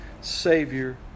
Savior